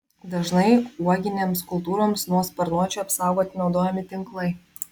dažnai uoginėms kultūroms nuo sparnuočių apsaugoti naudojami tinklai